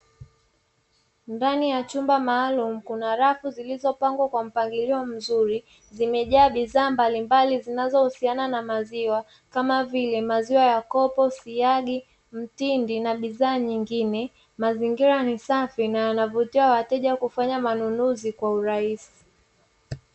Ndani ya chumba maalumu kuna rafu zilizopangwa kwa mpangilio mzuri, zimejaa bidhaa mbalimbali zinazohusiana na maziwa kama vile: maziwa ya kopo, siagi, mtindi na bidhaa nyingine. Mazingira ni safi na yanavutia wateja kufanya manunuzi kwa urahisi.